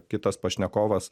kitas pašnekovas